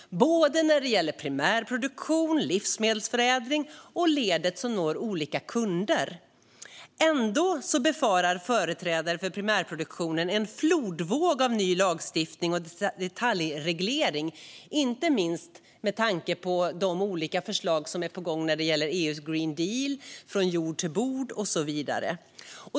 Det gäller såväl primärproduktion och livsmedelsförädling som ledet som når olika kunder. Ändå befarar företrädare för primärproduktionen en flodvåg av ny lagstiftning och detaljreglering, inte minst med tanke på de olika förslag som är på gång i EU:s green deal, strategin från jord till bord och så vidare.